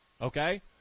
Okay